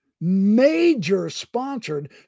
major-sponsored